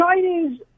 Chinese